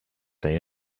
they